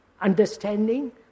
understanding